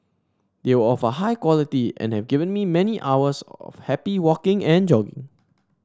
they were of a high quality and have given me many hours of happy walking and jogging